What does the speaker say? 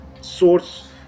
source